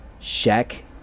Shaq